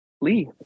Lee